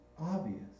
obvious